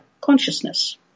consciousness